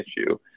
issue